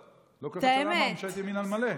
לא, ממשלת ימין על מלא?